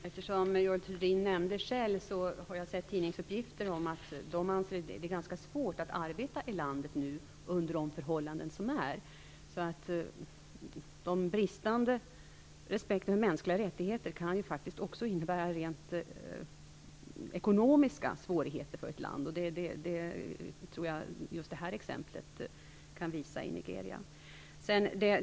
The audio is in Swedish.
Fru talman! Eftersom Görel Thurdin nämnde Shell kan jag tala om att jag har sett tidningsuppgifter om att de anser att det är ganska svårt att arbeta i landet nu under de förhållanden som råder. Den bristande respekten för mänskliga rättigheter kan ju faktiskt också innebära rent ekonomiska svårigheter för ett land. Jag tror att det här exemplet i Nigeria kan visa det.